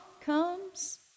comes